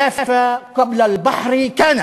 יפו הייתה לפני הים.)